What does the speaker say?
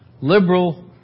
liberal